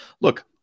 Look